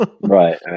right